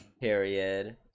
Period